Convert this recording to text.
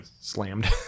slammed